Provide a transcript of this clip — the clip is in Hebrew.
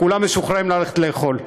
כולם משוחררים ללכת לאכול.